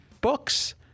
books